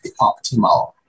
optimal